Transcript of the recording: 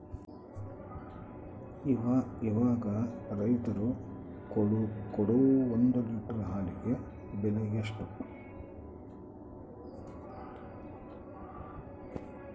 ಇವಾಗ ರೈತರು ಕೊಡೊ ಒಂದು ಲೇಟರ್ ಹಾಲಿಗೆ ಬೆಲೆ ಎಷ್ಟು?